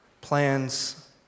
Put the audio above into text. Plans